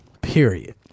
Period